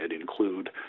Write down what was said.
include